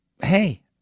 Hey